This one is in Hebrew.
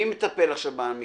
מי מטפל עכשיו במקרה?